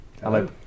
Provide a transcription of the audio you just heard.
Hello